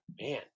man